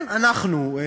כן, אנחנו.